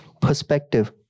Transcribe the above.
perspective